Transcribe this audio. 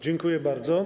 Dziękuję bardzo.